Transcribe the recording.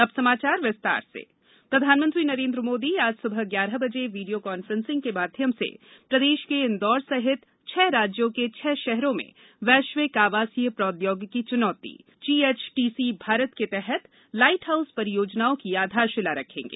अब समाचार विस्तार से पीएम लाइट हाउस प्रधानमंत्री नरेन्द्र मोदी आज सुबह ग्यारह बजे वीडियो कांफ्रेंसिंग के माध्यम से प्रदेश के इंदौर सहित छह राज्यों के छह शहरों में वैश्विक आवासीय प्रौद्योगिकी चुनौती जीएचटीसी मारत के तहत लाइट हाउस परियोजनाओं की आधारशिला रखेंगे